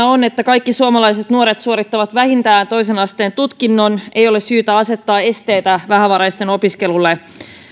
on että kaikki suomalaiset nuoret suorittavat vähintään toisen asteen tutkinnon ei ole syytä asettaa esteitä vähävaraisten opiskelulle